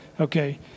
Okay